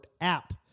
app